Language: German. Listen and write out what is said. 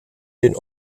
den